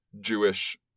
Jewish